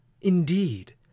Indeed